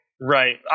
Right